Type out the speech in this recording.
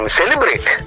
celebrate